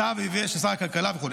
צו שהביא שר הכלכלה וכו'.